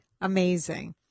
amazing